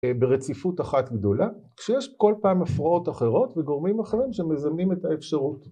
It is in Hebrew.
ברציפות אחת גדולה, כשיש כל פעם הפרעות אחרות וגורמים אחרים שמזמנים את האפשרות